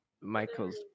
Michael's